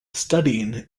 studying